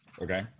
Okay